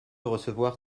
recevoir